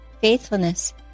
faithfulness